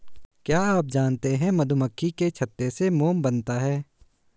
क्या आप जानते है मधुमक्खी के छत्ते से मोम बनता है